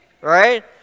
Right